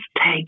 take